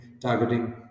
targeting